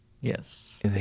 Yes